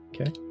Okay